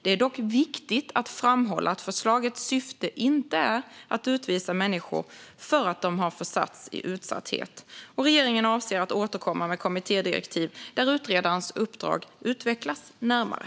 Det är dock viktigt att framhålla att förslagets syfte inte är utvisa människor för att de har försatts i utsatthet. Regeringen avser att återkomma med kommittédirektiv där utredarens uppdrag utvecklas närmare.